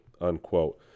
unquote